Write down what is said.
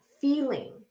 feeling